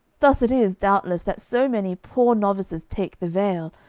thus it is, doubtless, that so many poor novices take the veil,